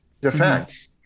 defense